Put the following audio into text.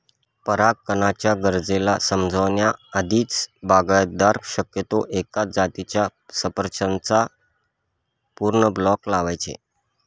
परागकणाच्या गरजेला समजण्या आधीच, बागायतदार शक्यतो एकाच जातीच्या सफरचंदाचा पूर्ण ब्लॉक लावायचे